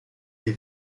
dei